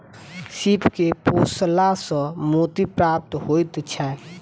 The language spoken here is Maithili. सीप के पोसला सॅ मोती प्राप्त होइत छै